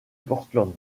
portland